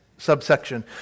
Subsection